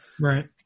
Right